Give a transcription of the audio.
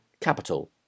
capital